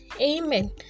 Amen